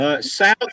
South